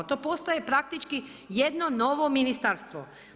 To postaje praktički jedno novo ministarstvo.